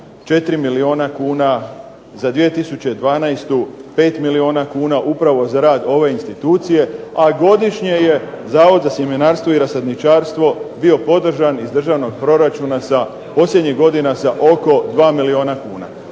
4 milijuna kuna, za 2012. 5 milijuna kuna, upravo za rad ove institucije a godišnje je Zavod za sjemenarstvo i rasadničarstvo bio podržan iz državnog proračuna posljednjih godina sa oko 2 milijuna kuna.